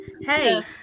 hey